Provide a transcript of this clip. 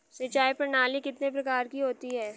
सिंचाई प्रणाली कितने प्रकार की होती हैं?